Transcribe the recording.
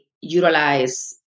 utilize